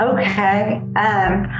Okay